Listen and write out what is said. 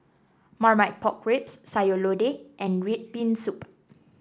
Marmite Pork Ribs Sayur Lodeh and red bean soup